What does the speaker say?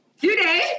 Today